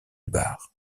barre